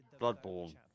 Bloodborne